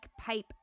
pipe